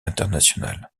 internationale